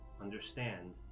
understand